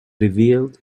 revealed